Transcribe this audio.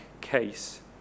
case